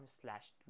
slash